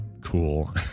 cool